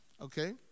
Okay